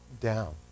down